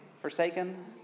forsaken